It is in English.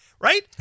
Right